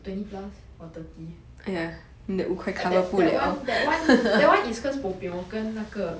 twenty plus or thirty that that [one] that [one] that [one] is cause bo pian 我跟那个